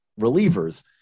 relievers